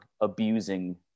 abusing